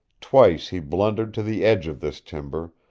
twice he blundered to the edge of this timber,